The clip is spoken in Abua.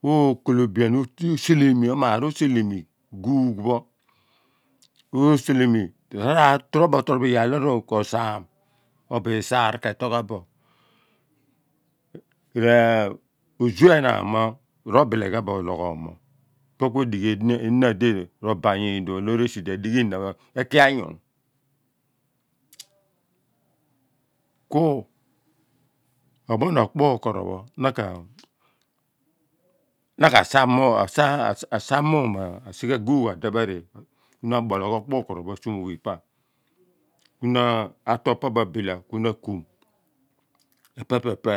kuo kolobian omaar osehemi guugh pho oselemi tro bo tro bo iyaar lo kosaam obo isaar ke tool ghan bo ozu enaam mo ro bile ghabo oto ologhoom mo ephe kui dighi ona diroba nyiidi pho pho loor esidi adighi enapho ekianyu ku na ka sah moom asighe guugh adephe ri kuna abologh okpukoro pho asu mu ghi pa ku a tool pa pho abila ku na a kuum epe po epe.